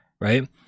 right